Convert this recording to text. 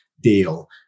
deal